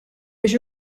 biex